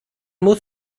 muss